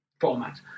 format